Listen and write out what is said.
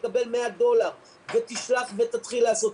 תקבל 100 דולר ותשלח ותתחיל לעשות.